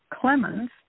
Clemens